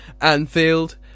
Anfield